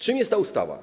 Czym jest ta ustawa?